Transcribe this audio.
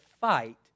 fight